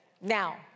Now